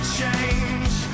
change